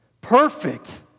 Perfect